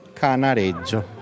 Canareggio